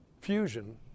fusion